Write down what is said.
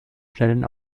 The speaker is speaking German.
schnellen